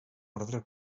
orde